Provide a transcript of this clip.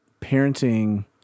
parenting